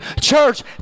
Church